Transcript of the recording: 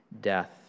death